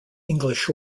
english